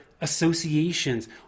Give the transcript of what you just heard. associations